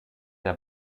der